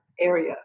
area